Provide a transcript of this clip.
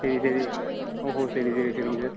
சரி சரி ஓஹோ சரி சரி சரிங்க சார்